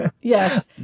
yes